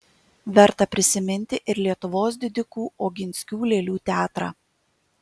verta prisiminti ir lietuvos didikų oginskių lėlių teatrą